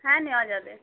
হ্যাঁ নেওয়া যাবে